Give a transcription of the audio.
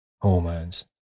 Hormones